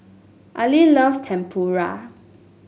Eli loves Tempura